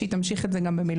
שהיא תמשיך את זה גם במילואים.